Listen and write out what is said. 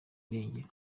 irengero